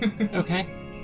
Okay